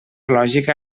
lògica